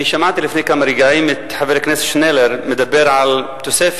שמעתי לפני כמה רגעים את חבר הכנסת שנלר מדבר על תוספת